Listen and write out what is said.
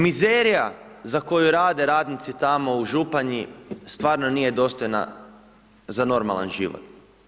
Mizerija za koju rade radnici tamo u Županji, stvarno nije dostojna za normalan život.